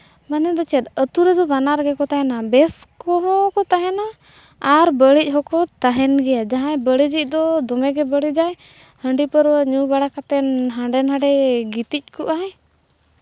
ᱢᱟᱱᱮ ᱫᱚ ᱪᱮᱫ ᱟᱹᱛᱩ ᱨᱮᱫᱚ ᱵᱟᱱᱟᱨ ᱜᱮᱠᱚ ᱛᱟᱦᱮᱱᱟ ᱵᱮᱥ ᱠᱚᱦᱚᱸ ᱠᱚ ᱛᱟᱦᱮᱱᱟ ᱟᱨ ᱵᱟᱹᱲᱤᱡᱽ ᱦᱚᱸᱠᱚ ᱛᱟᱦᱮᱱ ᱜᱮᱭᱟ ᱡᱟᱦᱟᱸᱭ ᱵᱟᱹᱲᱤᱡᱤᱡᱽ ᱫᱚ ᱫᱚᱢᱮ ᱜᱮ ᱵᱟᱹᱲᱤᱡᱟᱭ ᱦᱟᱺᱰᱤ ᱯᱟᱹᱨᱣᱟᱹ ᱧᱩ ᱵᱟᱲ ᱠᱟᱛᱮᱫ ᱦᱟᱸᱰᱮᱼᱱᱟᱰᱮᱭ ᱜᱤᱛᱤᱡᱽ ᱠᱚᱜᱼᱟᱭ